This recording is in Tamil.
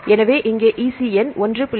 எனவே இங்கே EC எண் 1